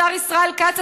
השר ישראל כץ,